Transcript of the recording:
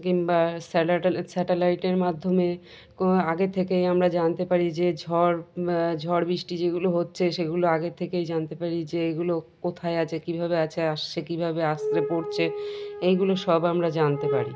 কিংবা স্যাট স্যাটালাইটের মাধ্যমে আগে থেকেই আমরা জানতে পারি যে ঝড় ঝড় বৃষ্টি যেগুলো হচ্ছে সেগুলো আগের থেকেই জানতে পারি যে এগুলো কোথায় আছে কীভাবে আছে আসছে কীভাবে আসে পড়ছে এইগুলো সব আমরা জানতে পারি